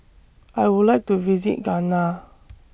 I Would like to visit Ghana